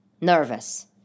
nervous